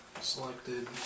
Selected